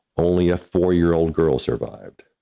only a four-year-old girl survived.